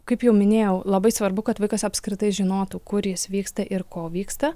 kaip jau minėjau labai svarbu kad vaikas apskritai žinotų kur jis vyksta ir ko vyksta